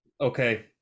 okay